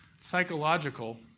psychological